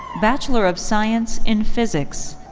bachelor of science in physics.